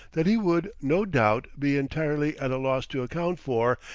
that he would, no doubt, be entirely at a loss to account for,